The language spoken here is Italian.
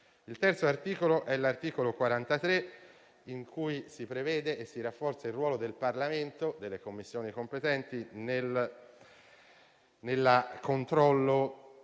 Il terzo articolo su cui mi soffermo è il 43, in cui si prevede e si rafforza il ruolo del Parlamento e delle Commissioni competenti nel controllo